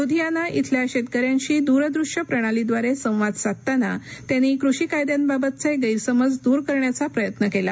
लुधियाना इथल्या शेतकऱ्यांशी दूर दृश्य प्रणालीद्वारे संवाद साधताना त्यांनी कृषी कायद्यांबाबतचे गैरसमज दूर करण्याचा प्रयत्न केला